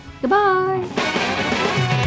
Goodbye